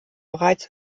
bereits